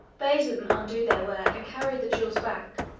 bade them undo their work and carry the jewels back,